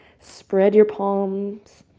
spread your palms.